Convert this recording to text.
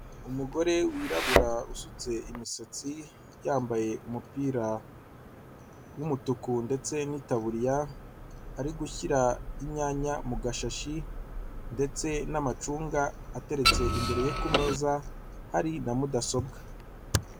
Umugore wirabura usutse imisatsi yambaye umupira w'umutuku ndetse n'itaburiya ari gushyira inyanya mu gashashi ndetse n'amacunga ateretse imbere ye ku meza hari na mudasobwa.